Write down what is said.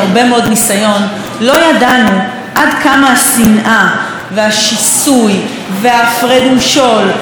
לא ידענו עד כמה השנאה והשיסוי וההפרד-ומשול וההסתה,